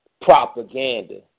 propaganda